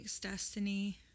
destiny